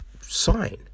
sign